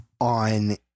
on